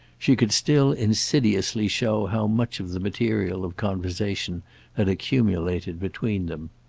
she could still insidiously show how much of the material of conversation had accumulated between them.